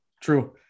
true